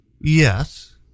Yes